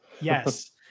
Yes